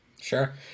Sure